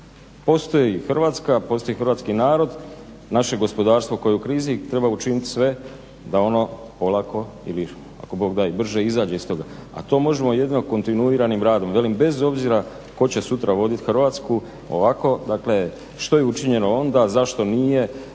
Postoji Hrvatska, postoji hrvatski narod, naše gospodarstvo koje je u krizi i treba učiniti sve da ono polako ili ako Bog da i brže izađe iz toga, a to možemo jedino kontinuiranim radom. Velim, bez obzira tko će sutra voditi Hrvatsku ovako, dakle što je učinjeno onda, zašto nije,